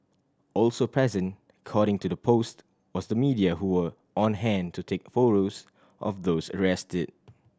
also present cording to the post was the media who were on hand to take photos of those arrested